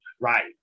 Right